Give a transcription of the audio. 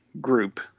group